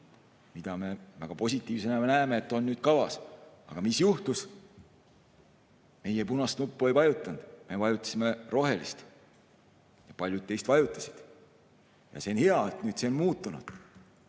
Väga positiivsena me näeme, et see on nüüd kavas. Aga mis juhtus? Meie punast nuppu ei vajutanud, me vajutasime rohelist, aga paljud teist vajutasid [punast]. See on hea, et nüüd see on muutunud.